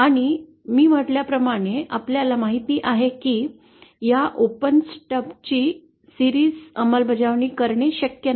आणि मी म्हटल्याप्रमाणे आपल्याला माहित आहे की या ओपन स्टब ची मालिका अंमलबजावणी करणे शक्य नाही